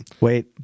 Wait